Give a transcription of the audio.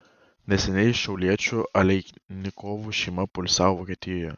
neseniai šiauliečių aleinikovų šeima poilsiavo vokietijoje